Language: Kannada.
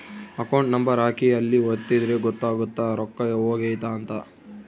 ಅಕೌಂಟ್ ನಂಬರ್ ಹಾಕಿ ಅಲ್ಲಿ ಒತ್ತಿದ್ರೆ ಗೊತ್ತಾಗುತ್ತ ರೊಕ್ಕ ಹೊಗೈತ ಅಂತ